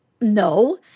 No